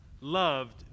loved